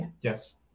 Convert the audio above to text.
Yes